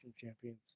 Champions